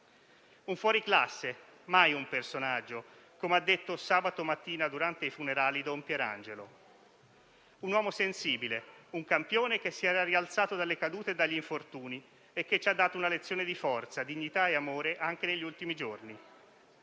Un fuoriclasse, mai un personaggio, come ha detto sabato mattina, durante i funerali, don Pierangelo; un uomo sensibile, un campione che si era rialzato dalle cadute e dagli infortuni e che ci ha dato una lezione di forza, dignità e amore anche negli ultimi giorni.